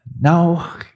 now